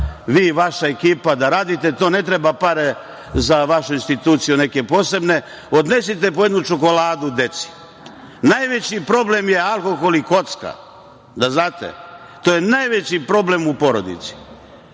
vi i vaša ekipa da radite to. Ne treba pare za vašu instituciju neke posebne, odnesite po jednu čokoladu deci. Najveći problem je alkohol i kocka, da znate, to je najveći problem u porodici,